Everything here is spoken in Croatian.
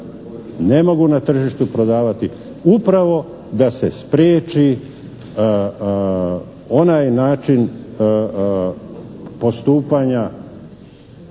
Ne mogu na tržištu prodavati upravo da se spriječi onaj način postupanja